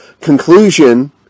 Conclusion